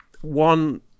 one